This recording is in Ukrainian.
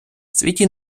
світі